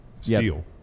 steel